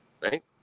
right